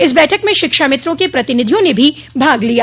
इस बैठक में शिक्षामित्रों के प्रतिनिधियों ने भी भाग लिया